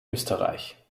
österreich